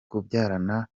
kubyarana